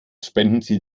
spendenziel